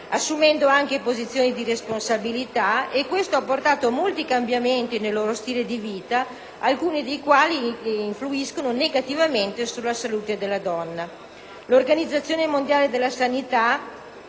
assumendo anche posizioni di responsabilità. Questo ha portato a molti cambiamenti negli stili di vita, alcuni dei quali influiscono negativamente sulla loro salute.